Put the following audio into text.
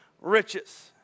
riches